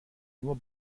nur